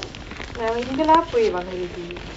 வேறே எங்கே:vera engae lah போய் வாங்குவது:poi vaanguvathu